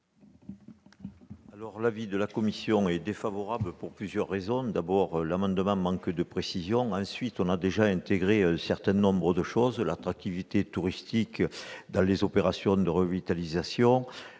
? L'avis de la commission est défavorable, pour plusieurs raisons. D'abord, l'amendement manque de précision. Ensuite, on a déjà intégré un certain nombre de choses, dont l'attractivité touristique, dans les opérations de revitalisation.